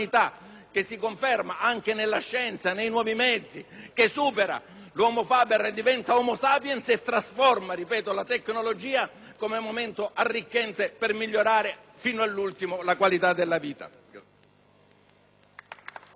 che si conferma anche nella scienza e nei nuovi mezzi e che va oltre: l'*homo faber* diventa *homo sapiens* e trasforma - ripeto - la tecnologia come momento arricchente per migliorare fino all'ultimo la qualità della vita.